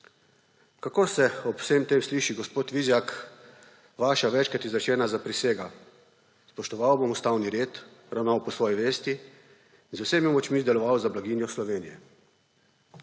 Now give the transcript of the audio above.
Kako se ob vsem tem sliši, gospod Vizjak, vaša večkrat izrečena zaprisega, »spoštoval bom ustavni red, ravnal po svoji vesti in z vsemi močmi deloval za blaginjo Slovenije«?